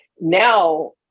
now